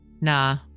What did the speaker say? nah